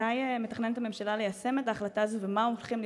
שאלתי: מתי מתכננת הממשלה ליישם את ההחלטה הזאת ומה יהיו הקריטריונים?